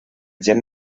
gent